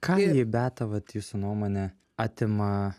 ką ji beata vat jūsų nuomone atima